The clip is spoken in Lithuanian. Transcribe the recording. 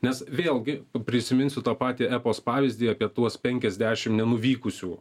nes vėlgi prisiminsiu tą patį epos pavyzdį apie tuos penkiasdešimt nenuvykusių